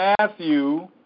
Matthew